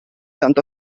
tanto